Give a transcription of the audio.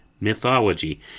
mythology